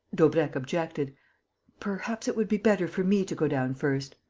daubrecq objected perhaps it would be better for me to go down first.